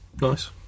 Nice